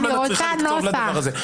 אני רוצה נוסח.